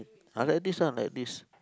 I like this one like this